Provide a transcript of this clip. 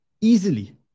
easily